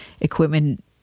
equipment